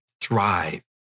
thrive